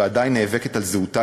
ועדיין נאבקת על זהותה,